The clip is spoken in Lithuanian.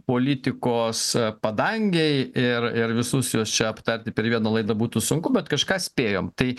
politikos padangėj ir ir visus juos čia aptarti per vieną laidą būtų sunku bet kažką spėjom tai